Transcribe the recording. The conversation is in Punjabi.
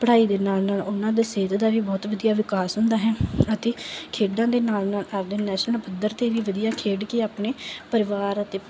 ਪੜ੍ਹਾਈ ਦੇ ਨਾਲ ਨਾਲ ਉਹਨਾਂ ਦੇ ਸਿਹਤ ਦਾ ਵੀ ਬਹੁਤ ਵਧੀਆ ਵਿਕਾਸ ਹੁੰਦਾ ਹੈ ਅਤੇ ਖੇਡਾਂ ਦੇ ਨਾਲ ਨਾਲ ਆਪਦੇ ਨੈਸ਼ਨਲ ਪੱਧਰ 'ਤੇ ਵੀ ਵਧੀਆ ਖੇਡ ਕੇ ਆਪਣੇ ਪਰਿਵਾਰ ਅਤੇ